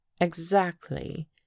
Exactly